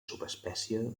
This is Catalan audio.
subespècie